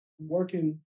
working